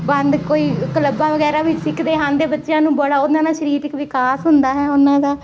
ਬੰਦ ਕੋਈ ਕਲੱਬਾਂ ਵੈਗਰਾ ਵਿੱਚ ਸਿੱਖਦੇ ਹਨ ਅਤੇ ਬੱਚਿਆਂ ਨੂੰ ਬੜਾ ਉਹਨਾਂ ਨਾਲ ਸਰੀਰਿਕ ਵਿਕਾਸ ਹੁੰਦਾ ਹੈ ਉਹਨਾਂ ਦਾ